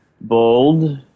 Bold